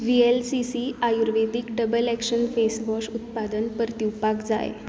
V L C C आयुर्वेद double action face wash उत्पादन परतीवपाक जाय